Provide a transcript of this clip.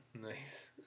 Nice